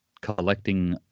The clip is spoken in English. collecting